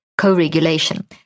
co-regulation